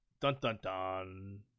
dun-dun-dun